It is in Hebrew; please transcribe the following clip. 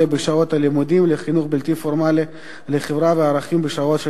בשעות הלימודים לחינוך בלתי-פורמלי לחברה וערכים בשעות שלאחריהם.